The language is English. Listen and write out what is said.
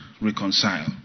reconcile